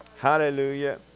Hallelujah